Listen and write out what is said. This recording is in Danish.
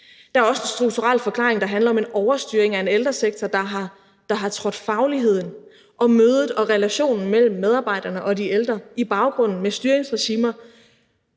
Der er også en strukturel forklaring, der handler om en overstyring af en ældresektor, der har skubbet fagligheden og mødet og relationen mellem medarbejderne og de ældre i baggrunden, med styringsregimer,